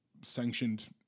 sanctioned